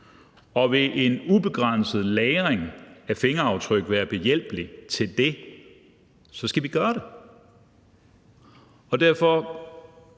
og vil en ubegrænset lagring af fingeraftryk hjælpe med til det, skal vi gøre det. Derfor